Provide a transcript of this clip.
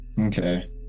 Okay